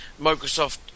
Microsoft